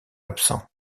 absents